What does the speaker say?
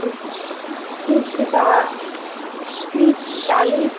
तीस तीस टका तीस चालीस